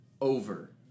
over